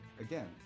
again